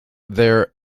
their